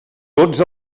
tots